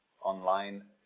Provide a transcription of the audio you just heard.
online